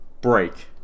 break